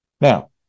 Now